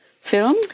film